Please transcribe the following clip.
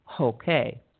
Okay